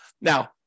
Now